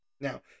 Now